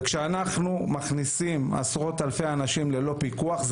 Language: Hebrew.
כשאנחנו מכניסים עשרות אלפי אנשים ללא פיקוח,